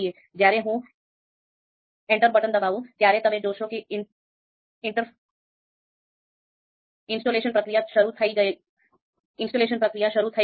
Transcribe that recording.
જ્યારે હું enter button દબાવું ત્યારે તમે જોશો કે ઇન્સ્ટોલેશન પ્રક્રિયા શરૂ થઈ ગઈ છે